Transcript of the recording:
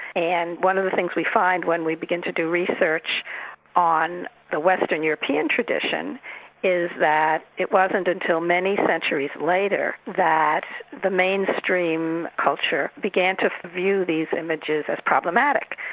and one of the things we find when we begin to do research on the western european tradition is that it wasn't until many centuries later that the mainstream culture began to view these images as problematic.